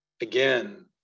Again